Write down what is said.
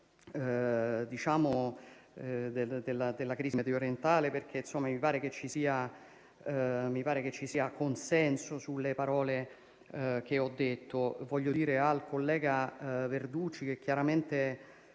questione della crisi mediorientale, perché mi pare che ci sia consenso sulle parole che ho detto. Voglio dire al collega Verducci che chiaramente